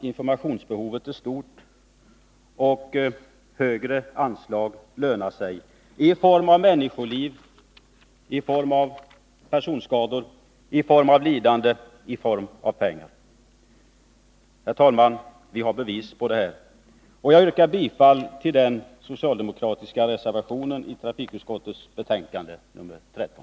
Informationsbehovet är stort, och högre anslag lönar sig i form av människoliv, i form av mindre personskador, i form av minskat lidande, i form av pengar. Vi har bevis för detta. Jag yrkar bifall till den socialdemokratiska reservationen vid trafikutskottets betänkande nr 13.